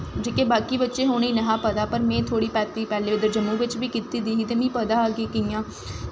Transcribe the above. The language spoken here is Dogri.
जेह्के बाकी बच्चे हे उ'नें गी नेईं हा पता पर में थोह्ड़ी प्रैक्टिस उद्धर जम्मू बिच्च बी कीती दी ही ते मिगी पता हा कि कि'यां